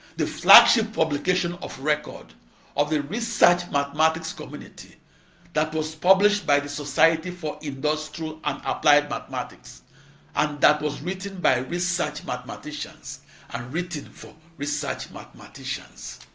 the flagship publication of record of the research mathematics community that was published by the society for industrial and applied mathematics and that was written by research mathematicians and ah written for research mathematicians.